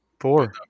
four